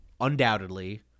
undoubtedly